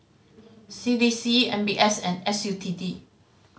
C D C M B S and S U T D